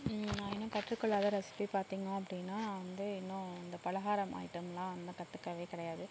நான் இன்னும் கற்றுக்கொள்ளாத ரெஸிபி பார்த்தீங்க அப்படின்னா நான் வந்து இன்னும் இந்த பலகாரம் ஐட்டம்லாம் இன்னும் கற்றுக்கவே கிடையாது